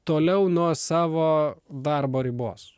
toliau nuo savo darbo ribos